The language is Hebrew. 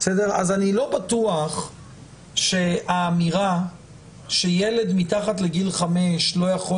אז אני לא בטוח שהאמירה שילד מתחת לגיל חמש לא יכול